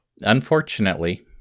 Unfortunately